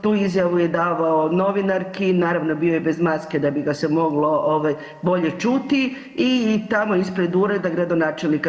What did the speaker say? Tu izjavu je davao novinarki, naravno bio je bez maske da bi ga se moglo bolje čuti i tamo ispred ureda gradonačelnika.